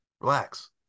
Relax